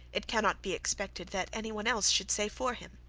it cannot be expected that any one else should say for him.